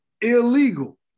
Illegal